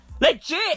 Legit